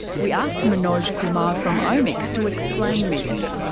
we asked manoj kumar from omics to explain this.